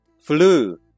Flu